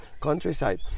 countryside